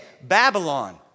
Babylon